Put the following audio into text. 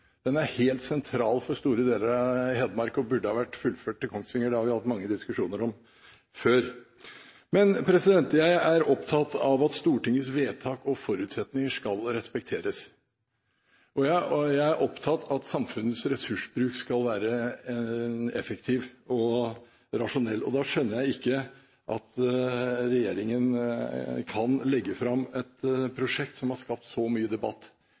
Hedmark og burde ha vært fullført til Kongsvinger. Det har vi hatt mange diskusjoner om før. Jeg er opptatt av at Stortingets vedtak og forutsetninger skal respekteres, og jeg er opptatt av at samfunnets ressursbruk skal være effektiv og rasjonell. Da skjønner jeg ikke at regjeringen kan legge fram et prosjekt som har skapt så mye debatt